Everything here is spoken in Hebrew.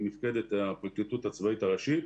עם מפקדת הפרקליטות הצבאית הראשית,